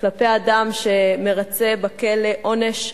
כלפי אדם שמרצה בכלא עונש חמור,